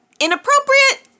Inappropriate